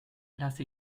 lasse